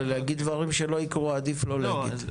להגיד דברים שלא יקרו עדיף לא להגיד.